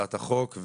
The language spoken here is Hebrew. שבהצעת החוק.